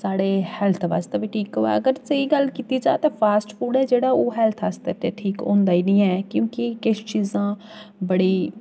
साढ़े हैल्थ बास्तै बी ठीक होऐ अगर स्हेई गल्ल कीती जा तां फ़ास्ट फ़ूड ऐ जेह्ड़ा ओह् हैल्थ आस्तै ते ठीक होंदा ई नेईं ऐ क्योंकि किश चीजां बड़ी